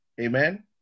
Amen